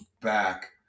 back